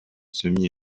semi